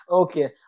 okay